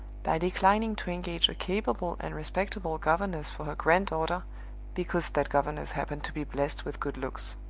by declining to engage a capable and respectable governess for her granddaughter because that governess happened to be blessed with good looks.